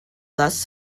thus